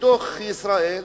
בתוך ישראל,